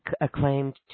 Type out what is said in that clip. Acclaimed